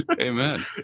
Amen